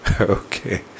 Okay